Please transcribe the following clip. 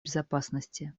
безопасности